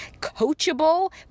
coachable